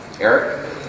Eric